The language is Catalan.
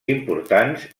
importants